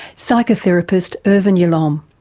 psychotherapist irvin yalom. um